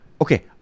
Okay